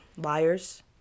liars